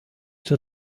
zur